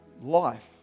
life